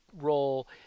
role